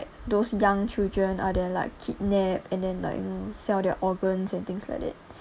those young children are they like kidnap and then like you know sell their organs and things like that